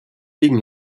liegen